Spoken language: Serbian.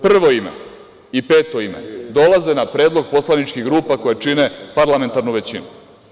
Prvo ime i peto ime dolaze na predlog poslaničkih grupa koje čine parlamentarnu većinu.